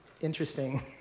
interesting